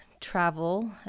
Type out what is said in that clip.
travel